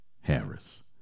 Harris